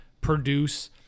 produce